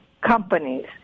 companies